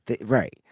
Right